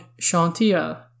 Shantia